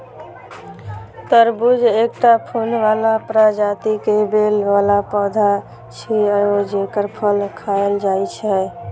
तरबूज एकटा फूल बला प्रजाति के बेल बला पौधा छियै, जेकर फल खायल जाइ छै